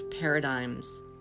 paradigms